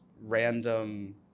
random